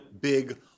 big